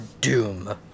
doom